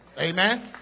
Amen